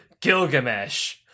Gilgamesh